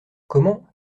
comment